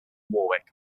warwick